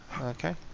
Okay